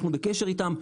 אנחנו בקשר איתם,